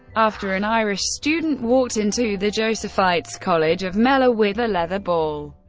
after an irish student walked into the josephites college of melle ah with a leather ball.